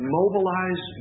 mobilize